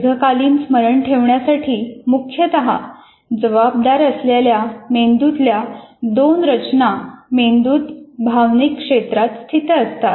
दीर्घकालीन स्मरण ठेवण्यासाठी मुख्यतः जबाबदार असलेल्या मेंदूतल्या दोन रचना मेंदूत भावनिक क्षेत्रात स्थित असतात